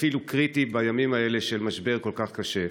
ואפילו קריטי בימים האלה של משבר כל כך קשה,